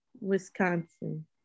Wisconsin